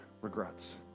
regrets